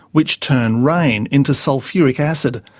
which turn rain into sulphuric acid.